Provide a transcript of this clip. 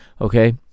okay